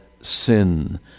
sin